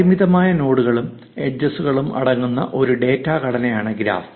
പരിമിതമായ നോഡുകളും എഡ്ജസ്കളും അടങ്ങുന്ന ഒരു ഡാറ്റ ഘടനയാണ് ഗ്രാഫ്